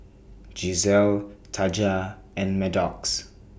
Gisselle Taja and Maddox